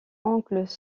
oncle